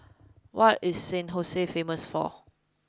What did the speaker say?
what is San famous for